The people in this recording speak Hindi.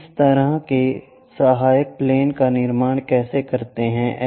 हम इस तरह के सहायक प्लेन का निर्माण कैसे करते हैं